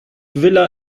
vila